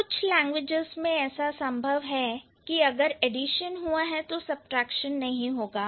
कुछ लैंग्वेजेज़ में ऐसा संभव है कि अगर एडिशन हुआ है तो सबट्रैक्शन नहीं होगा